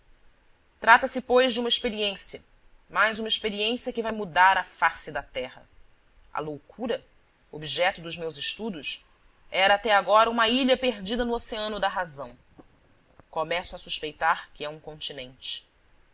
trata-se pois de uma experiência mas uma experiência que vai mudar a face da terra a loucura objeto dos meus estudos era até agora uma ilha perdida no oceano da razão começo a suspeitar que é um continente